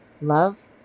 Love